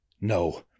No